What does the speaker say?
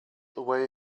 away